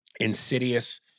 Insidious